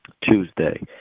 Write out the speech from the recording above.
Tuesday